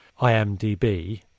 IMDB